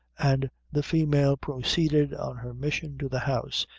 and the female proceeded on her mission to the house,